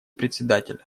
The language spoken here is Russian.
председателя